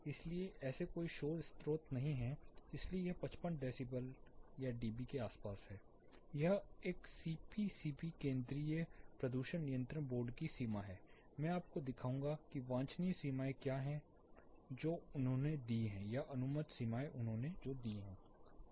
इसलिए ऐसे कई शोर स्रोत नहीं हैं इसलिए यह 55 डेसीबल डीबी के आसपास है यह एक सीपीसीबी केंद्रीय प्रदूषण नियंत्रण बोर्ड की सीमा है मैं आपको दिखाऊंगा कि वांछनीय सीमाएं क्या है हैं जो उन्होंने दी हैं या अनुमत सीमाएं उन्होंने दी हैं